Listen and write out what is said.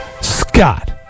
Scott